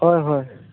হয় হয়